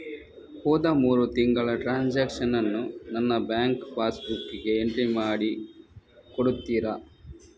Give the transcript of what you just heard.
ಹೋದ ಮೂರು ತಿಂಗಳ ಟ್ರಾನ್ಸಾಕ್ಷನನ್ನು ನನ್ನ ಬ್ಯಾಂಕ್ ಪಾಸ್ ಬುಕ್ಕಿಗೆ ಎಂಟ್ರಿ ಮಾಡಿ ಕೊಡುತ್ತೀರಾ?